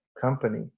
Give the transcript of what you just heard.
company